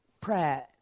prayer